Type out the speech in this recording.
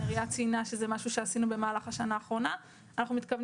נריה ציינה שזה משהו שעשינו השנה האחרונה ואנחנו מתכוונים.